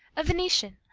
a venetian,